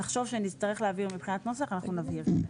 אם נחשוב שנצטרך להבהיר מבחינת נוסח אנחנו נבהיר.